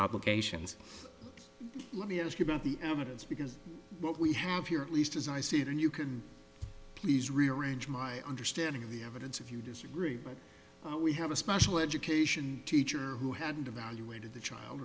obligations let me ask you about the evidence because what we have here at least as i see it and you can please rearrange my understanding of the evidence if you disagree but we have a special education teacher who had devaluated the child